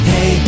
Hey